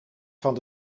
van